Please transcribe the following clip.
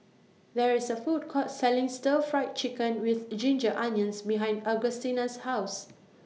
There IS A Food Court Selling Stir Fry Chicken with Ginger Onions behind Augustina's House